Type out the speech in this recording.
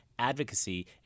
advocacy